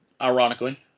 Ironically